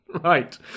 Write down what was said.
Right